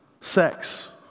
sex